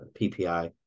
PPI